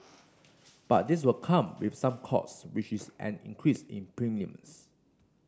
but this will come with some costs which is an increase in premiums